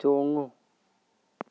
ꯆꯣꯡꯉꯨ